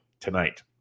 tonight